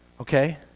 Okay